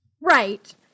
Right